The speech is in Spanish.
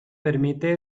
permite